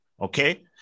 Okay